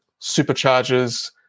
superchargers